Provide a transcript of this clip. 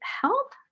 help